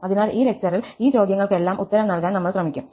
അതിനാൽ ഈ ലെക്ചറിൽ ഈ ചോദ്യങ്ങൾക്കെല്ലാം ഉത്തരം നൽകാൻ നമ്മൾ ശ്രമിക്കും